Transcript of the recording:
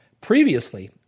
Previously